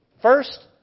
First